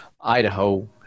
Idaho